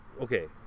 okay